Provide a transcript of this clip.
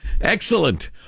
Excellent